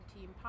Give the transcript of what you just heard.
Team